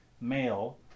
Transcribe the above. male